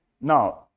Now